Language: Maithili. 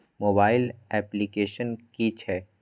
मोबाइल अप्लीकेसन कि छै?